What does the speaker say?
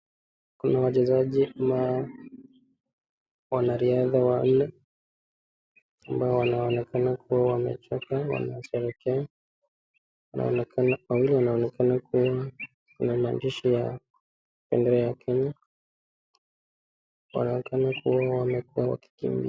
Kuna wachezaji na wanariadha wanne, ambao wanaonekana kuwa wamechoka wanasherekea na wawili wanaonekana kuna maandishi ya bendera ya kenya wanaonekana kuwa walikuwa wakikimbia.